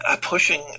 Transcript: pushing